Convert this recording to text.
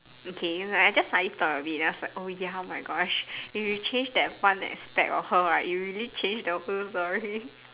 okay you know I just suddenly thought of it and I was like oh ya oh my gosh if you change that one aspect of her right it will really change the whole story